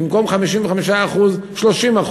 במקום 55% 30%,